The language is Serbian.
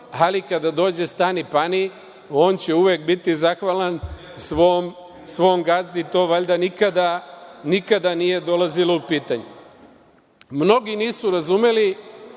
ali kada dođe stani-pani, on će uvek biti zahvalan svom gazdi, to valjda nikada nije dolazilo upitanje. Mnogi nisu razumeli